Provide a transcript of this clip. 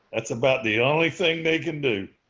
that's about the only thing they can do.